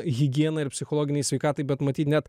higienai ir psichologinei sveikatai bet matyt net